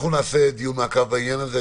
אנחנו נעשה דיון מעקב בעניין הזה.